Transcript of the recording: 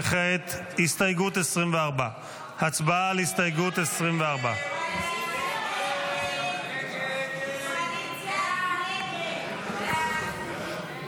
וכעת הסתייגות 24. הצבעה על הסתייגות 24. הסתייגות 24 לא נתקבלה.